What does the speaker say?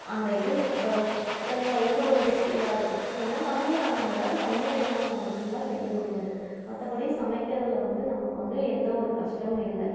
அந்த இது எந்த எந்த ஒரு ரிஸ்க்கும் இல்லாத இருக்கும் ஏனால் கம்மியாக நம்ம ஏதாவது கம்மியாக இருந்தமுன்னா மட்டும்தான் செய்ய முடியாது மற்றபடி சமைக்கிறதில் வந்து நமக்கு வந்து எந்த ஒரு கஷ்டமும் இல்லை